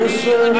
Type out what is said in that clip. א.